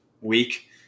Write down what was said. week